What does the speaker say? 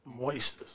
Moistus